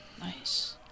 Nice